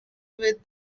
with